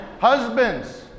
Husbands